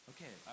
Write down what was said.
Okay